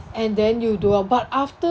and then you do ah but after